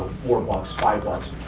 four bucks, five bucks,